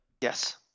Yes